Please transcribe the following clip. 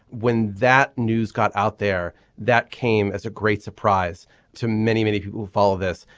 when that news got out there that came as a great surprise to many many people will follow this.